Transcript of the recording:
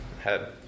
head